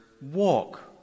walk